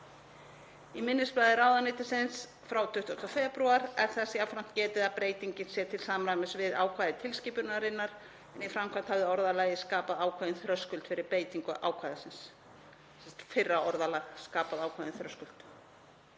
Í minnisblaði ráðuneytisins frá 20. febrúar er þess jafnframt getið að breytingin sé til samræmis við ákvæði tilskipunarinnar en í framkvæmd hafi orðalagið skapað ákveðinn þröskuld fyrir beitingu ákvæðisins, sem sagt fyrra orðalag skapaði ákveðinn þröskuld.